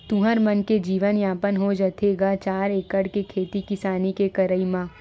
तुँहर मन के जीवन यापन हो जाथे गा चार एकड़ के खेती किसानी के करई म?